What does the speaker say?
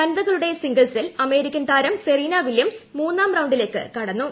വനിതകളുടെ സിംഗിൾസിൽ അമേരിക്കൻ താരം സെറീന വില്യംസ് മൂന്നാം റൌണ്ടിലേക്ക് കടന്നു